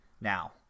now